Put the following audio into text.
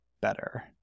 better